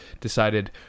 decided